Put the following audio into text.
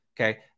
Okay